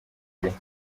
gihe